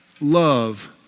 love